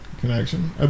connection